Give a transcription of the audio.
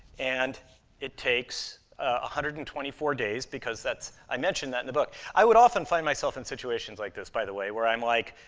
and it takes ah hundred and twenty four days, because that's i mention that in the book. i would often find myself in situations like this, by the way, where i'm like,